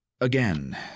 Again